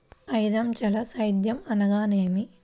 ఐదంచెల సేద్యం అనగా నేమి?